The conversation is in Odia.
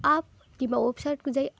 ଆପ୍ କିମ୍ବା ୱେବସାଇଟ୍କୁ ଯାଇ